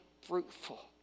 fruitful